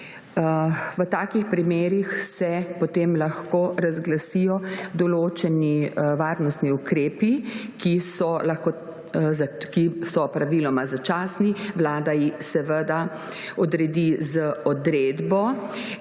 V takih primerih se potem lahko razglasijo določeni varnostni ukrepi, ki so praviloma začasni, Vlada jih seveda odredi z odredbo.